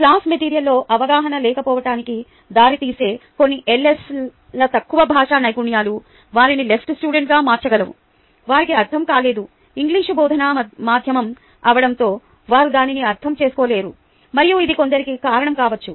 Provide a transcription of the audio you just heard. class మెటీరియల్లో అవగాహన లేకపోవటానికి దారితీసే కొన్ని LSల తక్కువ భాషా నైపుణ్యాలు వారిని LSగా మార్చగలవు వారికి అర్థం కాలేదు ఇంగ్లీషు బోధనా మాధ్యమం అవడంతో వారు దానిని అర్థం చేసుకోలేరు మరియు ఇది కొందరికి కారణం కావచ్చు